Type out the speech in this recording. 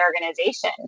organization